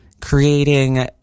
creating